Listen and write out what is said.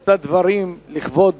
אשא דברים לכבוד